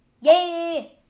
Yay